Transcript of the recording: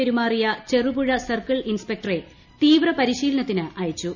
പെരുമാറിയ Cherupuzha circle ഇൻസ്പെക്ടറെ തീവ്രപരിശീലനത്തിന് അയച്ചു